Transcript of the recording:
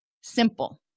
simple